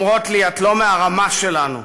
אומרות לי: את לא מהרמה שלנו.